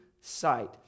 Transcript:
sight